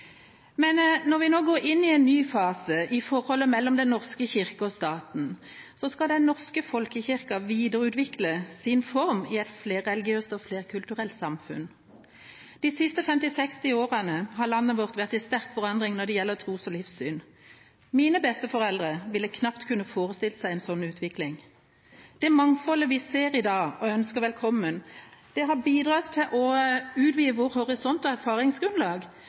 Når vi nå går inn i en ny fase i forholdet mellom Den norske kirke og staten, skal den norske folkekirka videreutvikle sin form i et flerreligiøst og flerkulturelt samfunn. De siste 50–60 årene har landet vårt vært i sterk forandring når det gjelder tros- og livssyn. Mine besteforeldre ville knapt kunne forestilt seg en sånn utvikling. Det mangfoldet vi i dag ser og ønsker velkommen, har bidratt til å utvide vår horisont og vårt erfaringsgrunnlag.